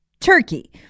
Turkey